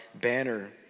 banner